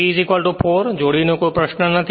P 4 જોડીનો કોઈ પ્રશ્ન નથી